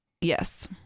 Yes